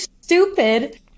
stupid